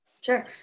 Sure